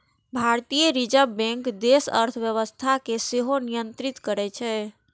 भारतीय reserve bank देशक अर्थव्यवस्था कें सेहो नियंत्रित करै छै